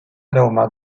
aroma